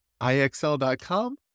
IXL.com